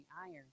iron